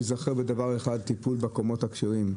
הוא ייזכר בדבר אחד: טיפול בקומות בטלפונים הכשרים.